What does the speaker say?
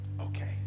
Okay